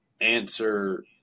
answer